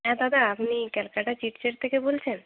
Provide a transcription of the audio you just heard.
হ্যাঁ দাদা আপনি ক্যালকাটা চিট চ্যাট থেকে বলছেন